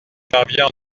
parvient